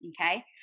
Okay